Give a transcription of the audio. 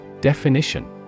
Definition